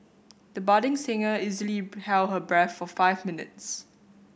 the budding singer easily held her breath for five minutes